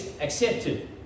accepted